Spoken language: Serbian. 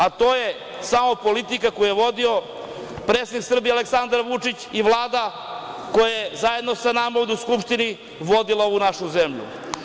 A to je samo politika koju je vodi predsednik Srbije Aleksandar Vučić i Vlada, koje zajedno sa nama ovde u Skupštini vodila ovu našu zemlju.